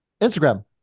instagram